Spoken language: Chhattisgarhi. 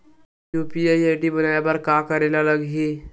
यू.पी.आई आई.डी बनाये बर का करे ल लगही?